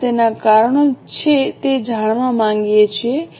આપણે તેના કારણો છે તે જાણવા માંગીએ છીએ